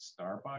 Starbucks